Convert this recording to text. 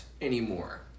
anymore